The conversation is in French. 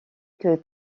que